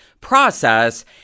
process